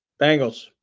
Bengals